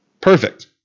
Perfect